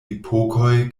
epokoj